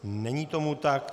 Není tomu tak.